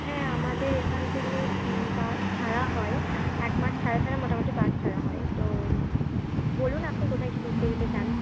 হ্যাঁ আমাদের এখান থেকে বাস ছাড়া হয় একমাস ছাড়া ছাড়া মোটামুটি বাস ছাড়া হয় তো বলুন আপনি কোথায় কী ঘুরতে যেতে চান